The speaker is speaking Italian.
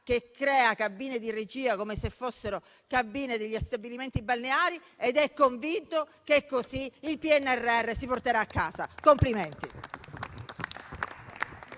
che crea cabine di regia come se fossero cabine degli stabilimenti balneari ed è convinto che così il PNRR verrà portato a casa. Complimenti.